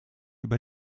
über